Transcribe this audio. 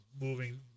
moving